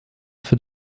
für